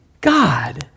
God